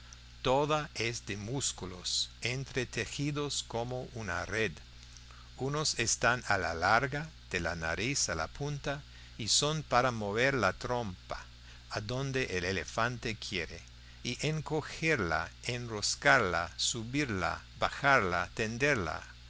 toda es de músculos entretejidos como una red unos están a la larga de la nariz a la punta y son para mover la trompa adonde el elefante quiere y encogerla enroscarla subirla bajarla tenderla